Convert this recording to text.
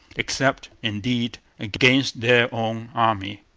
except, indeed, against their own army.